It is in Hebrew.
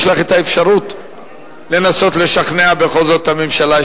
יש לך אפשרות לנסות לשכנע בכל זאת את הממשלה.